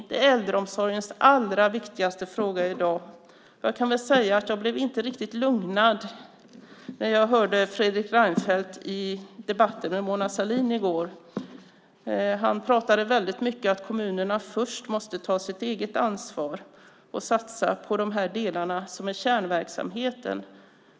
Det är äldreomsorgens allra viktigaste fråga i dag. Jag kan säga att jag inte blev riktigt lugnad när jag hörde Fredrik Reinfeldt i debatten med Mona Sahlin i går. Han pratade mycket om att kommunerna först måste ta sitt eget ansvar och satsa på de delar som är kärnverksamhet.